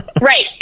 Right